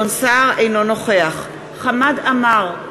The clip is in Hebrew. אינו נוכח חמד עמאר,